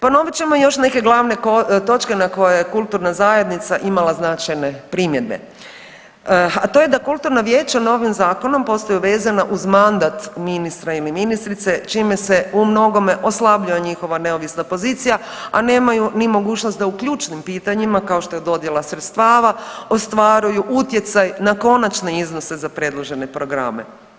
Ponovit ćemo još neke glavne točke na koje je kulturna zajednica imala značajne primjedbe, a to je da kulturna vijeća novim zakonom postaju vezana uz mandat ministra ili ministrice čime se u mnogome oslabljuje njihova neovisna pozicija a nemaju ni mogućnost da u ključnim pitanjima kao što je dodjela sredstava ostvaruju utjecaj na konačne iznose za predložene programe.